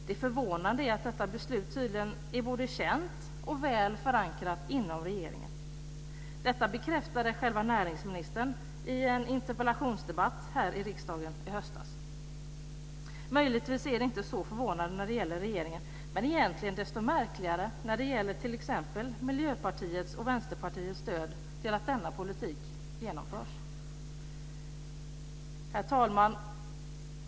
Det förvånande är att detta beslut tydligen är både känt och väl förankrat inom regeringen. Detta bekräftade själva näringsministern i en interpellationsdebatt här i riksdagen i höstas. Möjligtvis är det inte så förvånande när det gäller regeringen, men egentligen desto märkligare när det gäller t.ex. Miljöpartiets och Vänsterpartiets stöd till att denna politik genomförs. Herr talman!